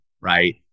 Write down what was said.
right